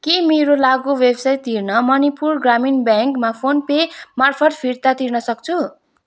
के मेरो लागु व्यवसाय ऋण मणिपुर ग्रामीण ब्याङ्कमा फोन पे मार्फत फिर्ता तिर्न सक्छु